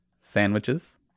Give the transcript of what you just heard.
sandwiches